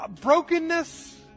Brokenness